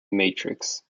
matrix